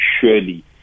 Surely